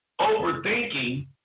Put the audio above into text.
Overthinking